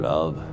Love